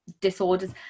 disorders